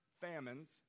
famines